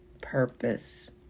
purpose